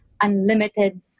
unlimited